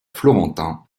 florentin